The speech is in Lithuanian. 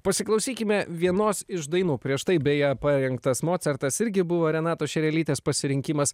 pasiklausykime vienos iš dainų prieš tai beje parengtas mocartas irgi buvo renatos šerelytės pasirinkimas